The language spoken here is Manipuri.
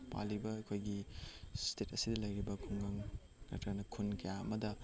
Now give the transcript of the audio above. ꯑꯩꯈꯣꯏꯒꯤ ꯏꯁꯇꯦꯠ ꯑꯁꯤꯗ ꯂꯩꯔꯤꯕ ꯈꯨꯡꯒꯪ ꯅꯠꯇ꯭ꯔꯒꯅ ꯈꯨꯟ ꯀꯌꯥ ꯑꯃꯗ